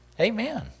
Amen